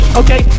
okay